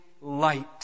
light